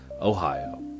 Ohio